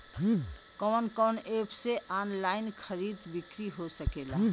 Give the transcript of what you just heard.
कवन कवन एप से ऑनलाइन खरीद बिक्री हो सकेला?